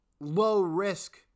low-risk